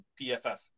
PFF